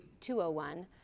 201